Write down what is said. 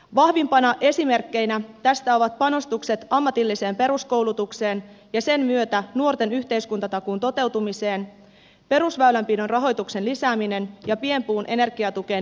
vahvimpina esimerkkeinä tästä ovat panostukset ammatilliseen peruskoulutukseen ja sen myötä nuorten yhteiskuntatakuun toteutumiseen perusväylänpidon rahoituksen lisääminen ja pienpuun energiatukeen liittyvät linjaukset